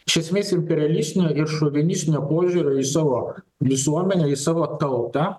iš esmės imperialistinio ir šovinistinio požiūrio į savo visuomenę į savo tautą